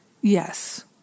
yes